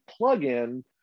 plugin